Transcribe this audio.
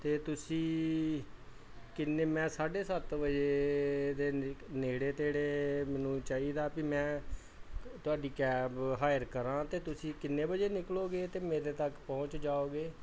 ਅਤੇ ਤੁਸੀਂ ਕਿੰਨੇ ਮੈਂ ਸਾਢੇ ਸੱਤ ਵਜੇ ਦੇ ਨ ਨੇੜੇ ਤੇੜੇ ਮੈਨੂੰ ਚਾਹੀਦਾ ਬਈ ਮੈਂ ਤੁਹਾਡੀ ਕੈਬ ਹਾਇਰ ਕਰਾਂ ਅਤੇ ਤੁਸੀਂ ਕਿੰਨੇ ਵਜੇ ਨਿਕਲੋਗੇ ਅਤੇ ਮੇਰੇ ਤੱਕ ਪਹੁੰਚ ਜਾਓਗੇ